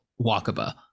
wakaba